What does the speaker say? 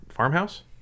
Farmhouse